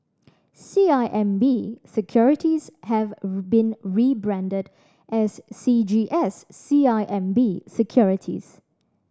C I M B Securities have been rebranded as C G S C I M B Securities